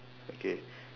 okay